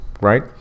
right